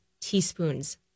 teaspoons